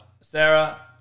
Sarah